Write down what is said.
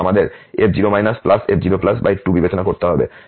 সুতরাং আমাদের f0 f02 বিবেচনা করতে হবে